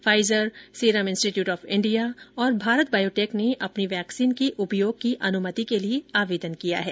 Pfizer Serum Institute of India और Bharat Biotech ने अपनी वैक्सीन के उपयोग की अनुमति के लिए आवेदन किया हैं